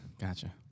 Gotcha